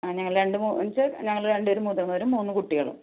ആ ഞങ്ങൾ രണ്ട് അഞ്ച് ഞങ്ങൾ രണ്ട് പേർ മുതിര്ന്നവരും മൂന്ന് കുട്ടികളും